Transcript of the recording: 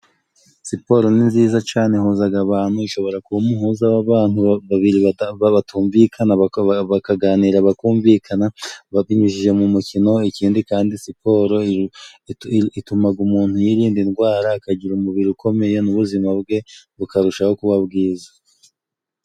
Siporo ni nziza cane ihuzaga abantu ishobora kuba umuhuza w'abantu babiri batumvikana, bakaganira bakumvikana babinyujije mu mukino, ikindi kandi siporo itumaga umuntu yirinda indwara akagira umubiri ukomeye, n'ubuzima bwe bukarushaho kuba bwiza.